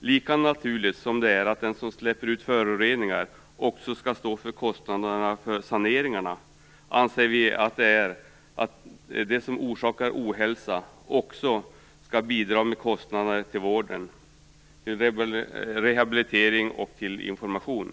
Lika naturligt som det är att den som släpper ut föroreningar också skall stå för kostnaderna för saneringen anser vi det vara att det som orsakar ohälsa också skall bidra till kostnaderna för vård, rehabilitering och information.